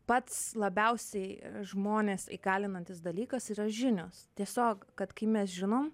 pats labiausiai žmones įkalinantis dalykas yra žinios tiesiog kad kai mes žinom